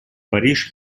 париж